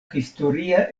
historia